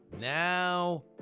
Now